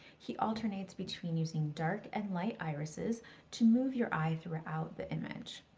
he alternates between using dark and light irises to move your eye throughout the image.